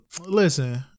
listen